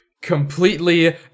completely